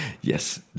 Yes